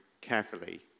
carefully